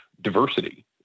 diversity